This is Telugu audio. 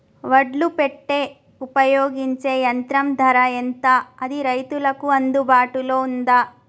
ఒడ్లు పెట్టే ఉపయోగించే యంత్రం ధర ఎంత అది రైతులకు అందుబాటులో ఉందా?